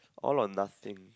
all or nothing